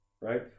right